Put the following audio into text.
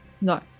No